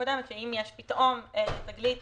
יש פתאום איזו תגלית